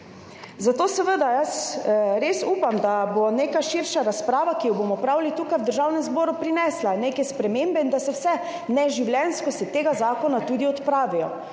Zato seveda jaz res upam, da bo neka širša razprava, ki jo bomo opravili tukaj v Državnem zboru, prinesla neke spremembe in da se vse neživljenjskosti tega zakona tudi odpravijo,